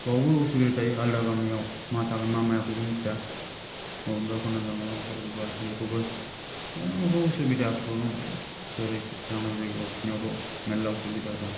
बावबो उसुबिदा थायो आलदा गामियाव मा थागोन मा मायाखौ मिन्थिया अबेबा खनानिफ्राय माबा ओंखारबोबा बेखौबो बेखौ उसुबिदाफोरबो जेरै लान्दां जायगायाव खिनायावथ' मेल्ला उसुबिदा दं